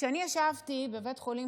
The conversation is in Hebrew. כשאני ישבתי בבית חולים,